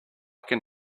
can